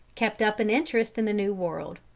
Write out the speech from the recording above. kept up an interest in the new world.